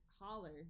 holler